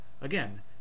Again